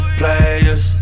players